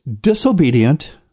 disobedient